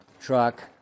truck